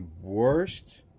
worst